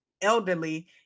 elderly